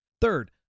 third